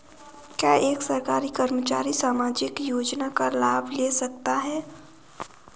क्या एक सरकारी कर्मचारी सामाजिक योजना का लाभ ले सकता है?